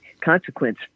consequence